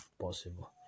possible